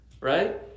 right